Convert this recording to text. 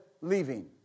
leaving